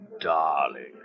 darling